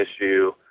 issue